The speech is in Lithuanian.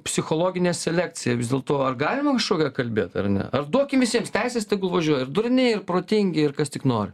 psichologinę selekciją vis dėl to ar galima kažkokią kalbėt ar ne ar duokim visiems teises tegul važiuoja ir durni ir protingi ir kas tik nori